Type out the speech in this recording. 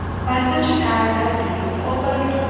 by such attacks as these, oldbuck,